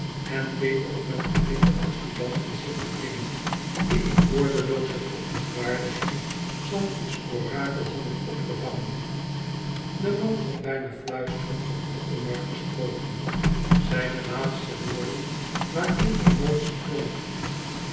en deed ook met een blik de adjudanten zich bedwingen die in woordenlooze verontwaardiging zanti's orakel hadden opgevangen de man had bijna fluisterend tot othomar gesproken zijne laatste woorden waarin emotie klonk